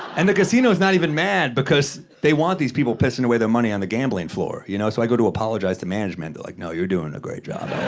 and the casino's not even mad because they want these people pissing away their money on the gambling floor, floor, you know? so, i go to apologize to management. they're like, no, you're doing a great job.